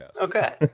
Okay